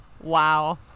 Wow